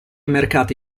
mercati